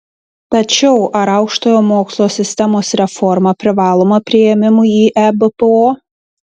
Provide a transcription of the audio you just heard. tačiau ar aukštojo mokslo sistemos reforma privaloma priėmimui į ebpo